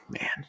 man